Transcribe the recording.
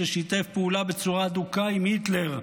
ששיתף פעולה בצורה הדוקה עם היטלר,